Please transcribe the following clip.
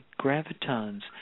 gravitons